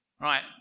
right